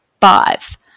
Five